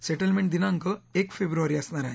settlement दिनांक एक फेब्रुवारी असणार आहे